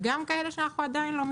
וגם כאלה שאנחנו עדיין לא מכירים.